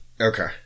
Okay